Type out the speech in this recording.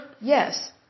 Yes